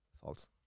False